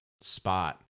spot